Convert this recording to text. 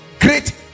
great